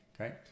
okay